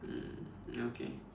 mm ya okay